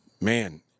man